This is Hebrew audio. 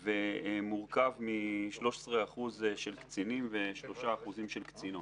ומורכב מ-13% של קצינים ו-3% של קצינות.